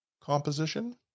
composition